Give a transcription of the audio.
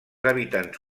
habitants